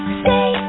stay